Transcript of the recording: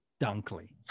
dunkley